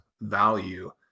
value